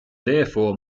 therefore